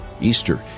Easter